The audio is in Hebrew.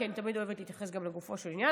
כי אני תמיד אוהבת להתייחס גם לגופו של עניין.